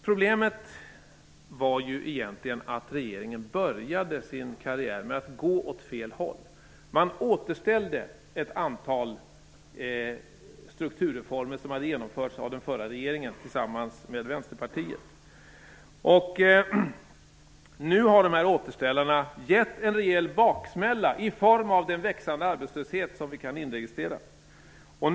Problemet var att regeringen började sin karriär med att gå åt fel håll. Man återställde ett antal strukturreformer som hade genomförts av den förra regeringen tillsammans med Vänsterpartiet. Nu har dessa återställare gett en rejäl baksmälla i form av den växande arbetslöshet som vi kan inregistrera.